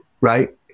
Right